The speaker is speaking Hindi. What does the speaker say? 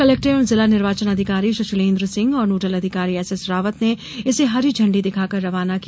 कलेक्टर एवं जिला निर्वाचन अधिकारी शशीलेन्द्र सिंह और नोडल अधिकारी एसएस रावत ने इसे हरी झंडी दिखाकर रवाना किया